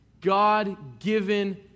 God-given